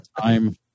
time